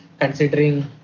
considering